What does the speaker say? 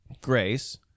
Grace